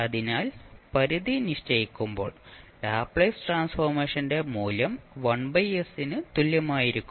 അതിനാൽ പരിധി നിശ്ചയിക്കുമ്പോൾ ലാപ്ലേസ് ട്രാൻസ്ഫോർമേഷന്റെ മൂല്യം തുല്യമായിരിക്കും